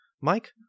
Mike